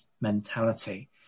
mentality